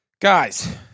guys